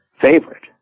favorite